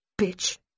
Bitch